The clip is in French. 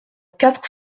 quatre